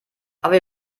aber